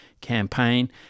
campaign